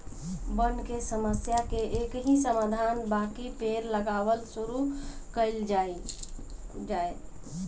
वन के समस्या के एकही समाधान बाकि पेड़ लगावल शुरू कइल जाए